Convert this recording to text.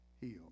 healed